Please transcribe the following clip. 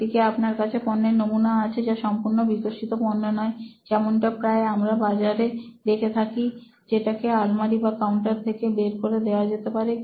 একদিকে আপনার কাছে পণ্যের নমুনা আছে যা সম্পূর্ণ বিকশিত পণ্য নয় যেমনটা প্রায় আমরা বাজারে দেখে থাকি যেটাকে আলমারি বা কাউন্টার থেকে বের করে দেওয়া যেতে পারে